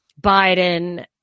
Biden